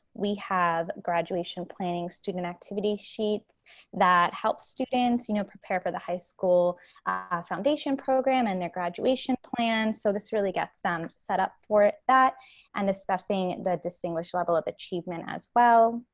we have graduation planning student activity sheets that help students you know prepare for the high school foundation program and their graduation plan. so, this really gets them set up for that and assessing the distinguished level of achievement as well.